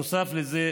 נוסף לזה,